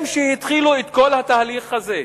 הם, שהתחילו את כל התהליך הזה,